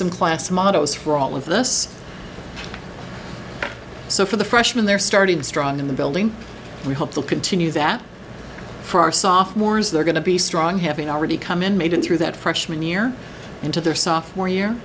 some class mottos for all of this so for the freshmen they're starting strong in the building we hope they'll continue that for our soft moore's they're going to be strong having already come in made it through that freshman year into their sophomore year